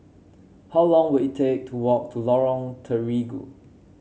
how long will it take to walk to Lorong Terigu